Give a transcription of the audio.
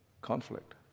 conflict